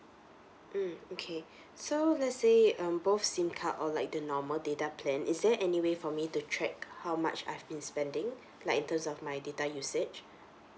mm okay so let's say um both SIM card or like the normal data plan is there any way for me to track how much I've been spending like in terms of my data usage